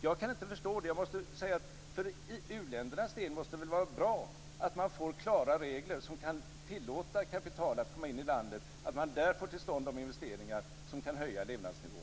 Jag kan inte förstå det. För u-ländernas del måste det väl vara bra att man får klara regler som kan tillåta kapital att komma in i landet så att man där får till stånd de investeringar som kan höja levnadsnivån.